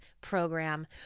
program